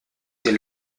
den